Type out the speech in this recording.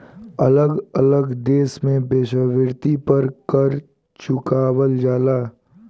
अलग अलग देश में वेश्यावृत्ति पर कर चुकावल जाला